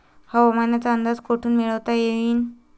हवामानाचा अंदाज कोठून मिळवता येईन?